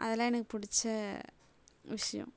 அதெல்லாம் எனக்கு பிடிச்ச விஷயம்